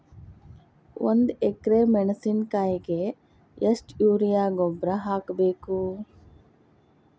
ಒಂದು ಎಕ್ರೆ ಮೆಣಸಿನಕಾಯಿಗೆ ಎಷ್ಟು ಯೂರಿಯಾ ಗೊಬ್ಬರ ಹಾಕ್ಬೇಕು?